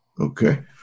Okay